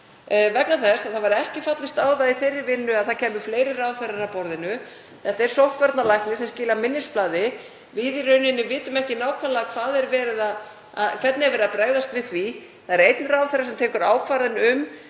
nauðsynlegt. Það var ekki fallist á það í þeirri vinnu að það kæmu fleiri ráðherrar að borðinu. Það er sóttvarnalæknir sem skilar minnisblaði. Við í rauninni vitum ekki nákvæmlega hvernig er verið að bregðast við því. Það er einn ráðherra sem tekur ákvarðanir um